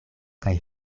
kaj